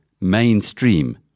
mainstream